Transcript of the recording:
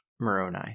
Moroni